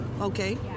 okay